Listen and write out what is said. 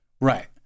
Right